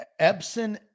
Epson